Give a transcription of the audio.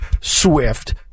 Swift